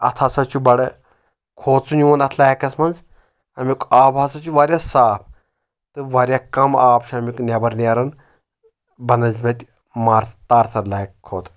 اتھ ہسا چھُ بَڑٕ کھوژُن یِوان اتھ لیکس منٛز امیُک آب ہسا چھُ واریاہ صاف تہٕ واریاہ کم آب چھُ امیُک نؠبر نیران بنِسبَتہِ مار تارسر لیک کھۄتہٕ